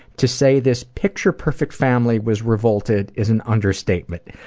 to say this picture perfect family was revolted is an understatement.